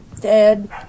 Dead